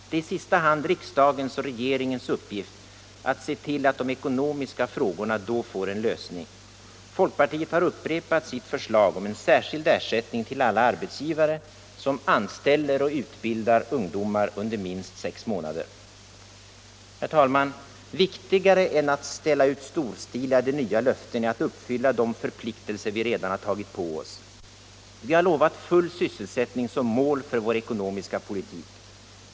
Det är i sista hand riksdagens och regeringens uppgift att se till att de ekonomiska frågorna då får en lösning. Folkpartiet har upprepat sitt förslag om särskild ersättning till alla arbetsgivare som anställer och utbildar ungdomar under minst sex månader. Herr talman! Viktigare än att ställa ut storstilade nya löften är att uppfylla de förpliktelser vi redan tagit på oss. Vi har lovat full sysselsättning som mål för vår ekonomiska politik.